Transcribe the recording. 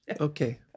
Okay